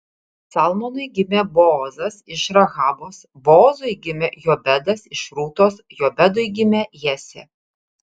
salmonui gimė boozas iš rahabos boozui gimė jobedas iš rūtos jobedui gimė jesė